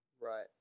right